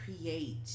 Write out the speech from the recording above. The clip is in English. create